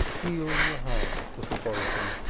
healing the hearts that were broken!